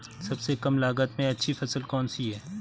सबसे कम लागत में अच्छी फसल कौन सी है?